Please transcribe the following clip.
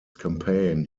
campaign